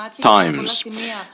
times